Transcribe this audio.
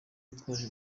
witwaje